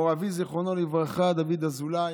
מור אבי, זיכרונו לברכה, דוד אזולאי,